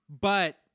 But-